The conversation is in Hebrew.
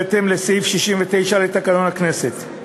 בהתאם לסעיף 69 לתקנון הכנסת.